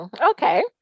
okay